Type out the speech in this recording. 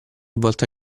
volta